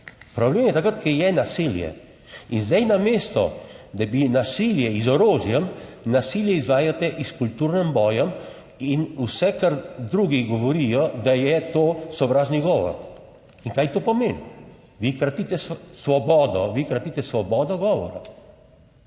Problem je takrat, ko je nasilje in zdaj namesto, da bi nasilje z orožjem, nasilje izvajate s kulturnim bojem in vse kar drugi govorijo, da je to sovražni govor. In kaj to pomeni? Vi kratite svobodo, vi kratite svobodo govora.